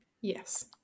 Yes